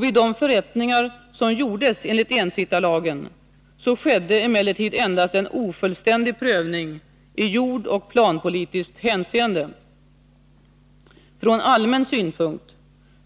Vid de förrättningar som gjordes enligt ensittarlagen skedde emellertid endast en ofullständig prövning i jordoch planpolitiskt hänseende. Från allmän synpunkt